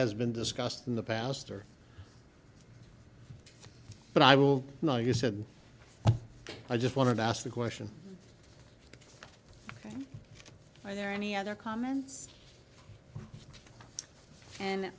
has been discussed in the pastor but i will not you said i just wanted to ask the question are there any other comments and